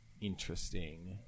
interesting